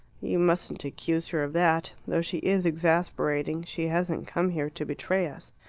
you mustn't accuse her of that. though she is exasperating, she hasn't come here to betray us.